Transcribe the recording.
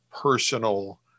personal